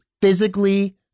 physically